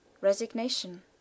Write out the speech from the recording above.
resignation